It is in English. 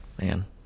man